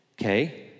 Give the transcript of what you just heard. Okay